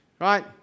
right